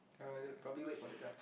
probably wait for the guide